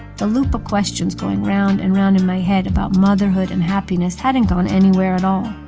the loop of questions going round and round in my head about motherhood and happiness hadn't gone anywhere at all.